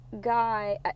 guy